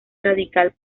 radical